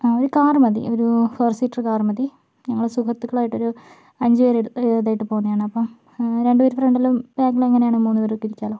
ആ ഒരു കാർ മതി ഒരു ഫോർ സീറ്റർ കാർ മതി ഞങ്ങൾ സുഹൃത്തുക്കളായിട്ടൊരു അഞ്ച് പേര് ഇതായിട്ട് പോവുന്നയാണ് അപ്പം രണ്ട് പേര് ഫ്രണ്ടിലും ബാക്കിൽ അങ്ങനെയാണേ മൂന്ന് പേർക്ക് ഇരിക്കാമല്ലോ